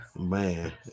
Man